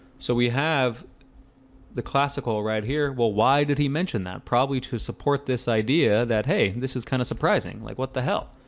so we have the classical right here well, why did he mention that probably to support this idea that hey this is kind of surprising. like what the hell?